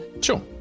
sure